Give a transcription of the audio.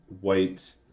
White